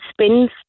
spins